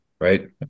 right